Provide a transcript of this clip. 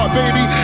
baby